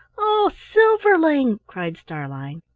oh, silverling! cried starlein.